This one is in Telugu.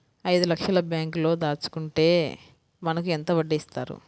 ఐదు లక్షల బ్యాంక్లో దాచుకుంటే మనకు ఎంత వడ్డీ ఇస్తారు?